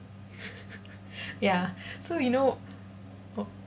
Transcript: ya so you know uh